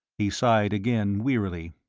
he sighed again wearily.